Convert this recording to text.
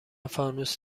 فانوس